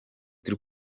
turi